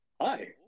Hi